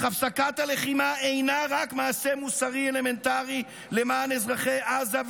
אך הפסקת הלחימה אינה רק מעשה מוסרי אלמנטרי למען אזרחי עזה,